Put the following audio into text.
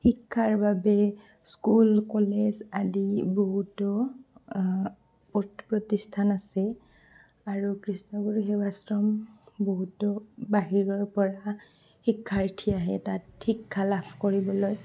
শিক্ষাৰ বাবে school college আদি বহুতো প প্ৰতিষ্ঠান আছে আৰু কৃষ্ণগুৰু সেৱাশ্ৰম বহুতো বাহিৰৰ পৰা শিক্ষাৰ্থী আহে তাত শিক্ষা লাভ কৰিবলৈ